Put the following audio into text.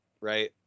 right